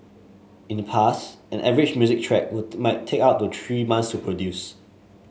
in the past an average music track would might take up to three months to produce